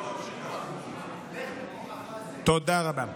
תודה רבה.